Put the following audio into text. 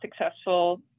successful